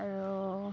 আৰু